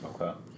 Okay